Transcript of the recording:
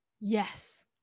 Yes